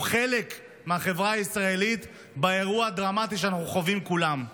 חלק מהחברה הישראלית באירוע הדרמטי שאנחנו חווים כולם.